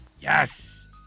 Yes